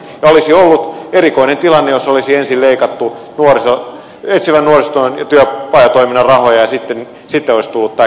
olisi ollut erikoinen tilanne jos olisi ensin leikattu etsivän nuorisotyön ja työpajatoiminnan rahoja ja sitten olisi tullut tämä käyttöön